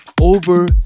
over